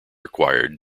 required